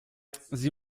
sie